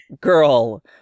girl